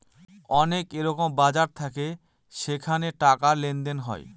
অনেক এরকম বাজার থাকে যেখানে টাকার লেনদেন হয়